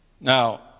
Now